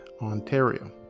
Ontario